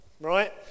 right